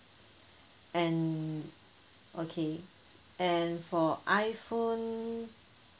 and okay and for iphone